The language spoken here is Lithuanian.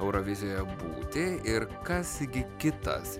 eurovizijoje būti ir kas gi kitas